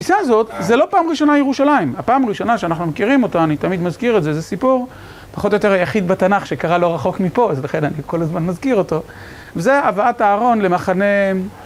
הנסיעה הזאת, זה לא פעם ראשונה ירושלים, הפעם הראשונה שאנחנו מכירים אותה, אני תמיד מזכיר את זה, זה סיפור פחות או יותר היחיד בתנ״ך שקרה לא רחוק מפה, ולכן אני כל הזמן מזכיר אותו וזה הבאת הארון למחנה...